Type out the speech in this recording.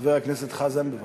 חבר הכנסת חזן, בבקשה.